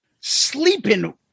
sleeping